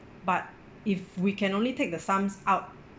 but if we can only take the sums out